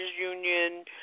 union